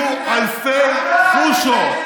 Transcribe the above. יהיו אלפי חושות,